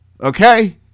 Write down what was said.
Okay